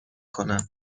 کنم